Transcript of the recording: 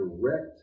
direct